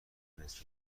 نصف